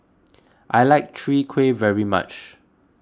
I like Chwee Kueh very much